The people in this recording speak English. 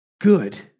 good